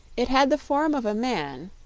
it had the form of a man,